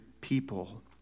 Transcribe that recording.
people